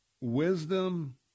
Wisdom